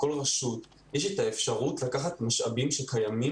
לכל רשות יש את האפשרות לקחת משאבים שקיימים